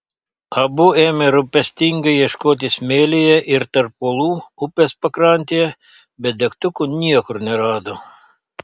abu ėmė rūpestingai ieškoti smėlyje ir tarp uolų upės pakrantėje bet degtukų niekur nerado